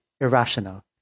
irrational